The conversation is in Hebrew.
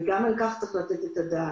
וגם על כך צריך לתת את הדעת.